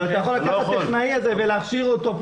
אבל אתה יכול לקחת את הטכנאי הזה ולהכשיר אותו,